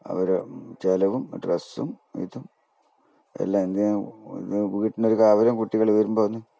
അവരെ ചിലവും ഡ്രസ്സും ഇതും എല്ലാം ഇത് വീട്ടിൽ കാവൽ കുട്ടികൽ വരുമ്പാന്ന്